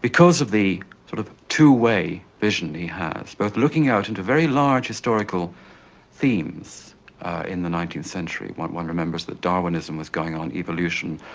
because of the sort of two-way vision he has, both looking out into very large historical themes in the nineteenth century. one one remembers that darwinism was going on, evolution.